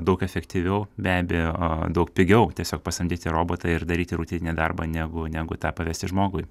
daug efektyviau be abejo daug pigiau tiesiog pasamdyti robotą ir daryti rutininį darbą negu negu tą pavesti žmogui